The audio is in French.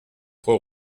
pro